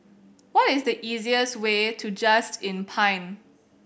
what is the easiest way to Just Inn Pine